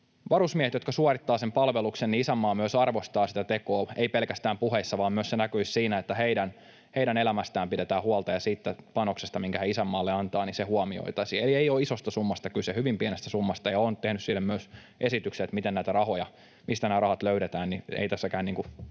varusmiehet suorittavat sen palveluksen, niin isänmaa myös arvostaa sitä tekoa — ei pelkästään puheissa, vaan se myös näkyisi siinä, että heidän elämästään pidetään huolta ja huomioitaisiin se panos, minkä he isänmaalle antavat. Eli ei ole isosta summasta kyse, vaan hyvin pienestä summasta, ja olen tehnyt siitä myös esityksiä, mistä nämä rahat löydetään, eli ei tässäkään